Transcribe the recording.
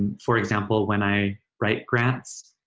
and for example, when i write grants,